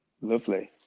lovely